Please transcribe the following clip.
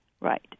Right